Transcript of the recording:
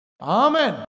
Amen